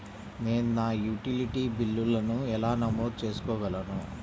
నేను నా యుటిలిటీ బిల్లులను ఎలా నమోదు చేసుకోగలను?